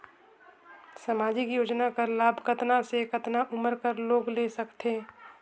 समाजिक योजना कर लाभ कतना से कतना उमर कर लोग ले सकथे?